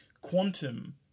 quantum